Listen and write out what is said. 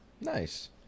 Nice